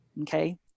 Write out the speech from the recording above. Okay